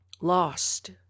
lost